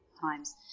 times